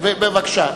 בבקשה,